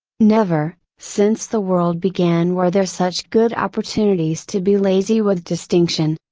never, since the world began were there such good opportunities to be lazy with distinction.